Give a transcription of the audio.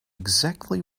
exactly